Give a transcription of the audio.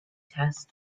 test